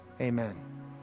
amen